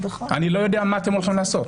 אני לא יודע מה אתם הולכים לעשות.